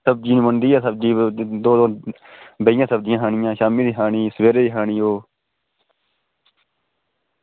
सब्ज़ी बनदी ऐ सब्ज़ी बेहियां सब्ज़ियां खानियां शाम्मी बी खानी सवेरे बी खानी ओह्